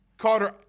Carter